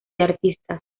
artistas